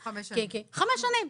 חמש שנים.